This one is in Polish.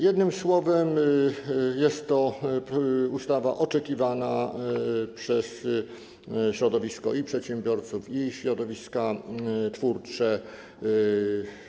Jednym słowem, jest to ustawa oczekiwana i przez środowisko przedsiębiorców, i środowiska twórcze.